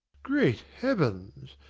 great heavens!